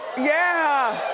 yeah,